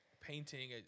painting